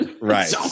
Right